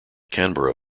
canberra